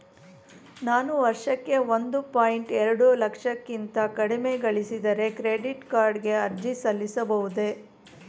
ನಾನು ವರ್ಷಕ್ಕೆ ಒಂದು ಪಾಯಿಂಟ್ ಎರಡು ಲಕ್ಷಕ್ಕಿಂತ ಕಡಿಮೆ ಗಳಿಸಿದರೆ ಕ್ರೆಡಿಟ್ ಕಾರ್ಡ್ ಗೆ ಅರ್ಜಿ ಸಲ್ಲಿಸಬಹುದೇ?